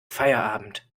feierabend